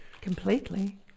Completely